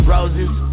Roses